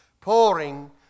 Pouring